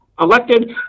elected